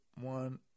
one